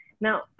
Now